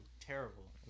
terrible